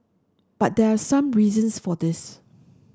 but there are some reasons for this